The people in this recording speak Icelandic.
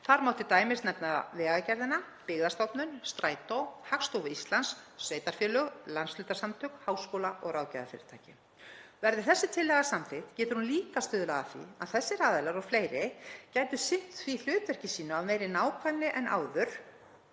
sem dæmi Vegagerðina, Byggðastofnun, Strætó, Hagstofu Íslands, sveitarfélög, landshlutasamtök, háskóla og ráðgjafarfyrirtæki. Verði þessi tillaga samþykkt gæti hún stuðlað að því að þessir aðilar og fleiri gætu sinnt hlutverki sínu af meiri nákvæmni en áður